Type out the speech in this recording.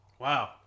Wow